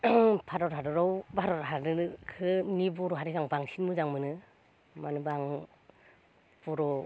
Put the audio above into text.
भारत हादराव भारत हादरखो निखो बर' हारिखौ आं बांसिन मोजां मोनो मानो होनब्ला आं बर'